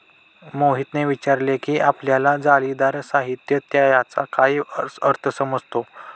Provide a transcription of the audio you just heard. मोहितने विचारले की आपल्याला जाळीदार साहित्य याचा काय अर्थ समजतो?